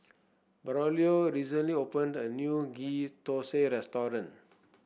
Braulio recently opened a new Ghee Thosai restaurant